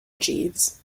jeeves